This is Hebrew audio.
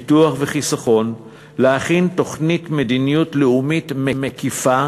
ביטוח וחיסכון להכין תוכנית מדיניות לאומית מקיפה